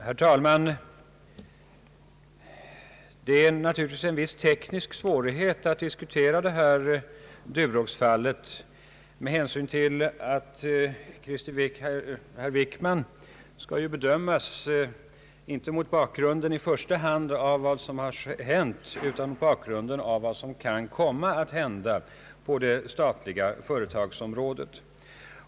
Herr talman! Det är naturligtvis en viss teknisk svårighet att diskutera Duroxfallet med hänsyn till att herr Wickman skall bedömas inte i första hand mot bakgrunden av vad som har hänt utan mot bakgrunden av vad som kan komma att hända på det statliga företagsområdet.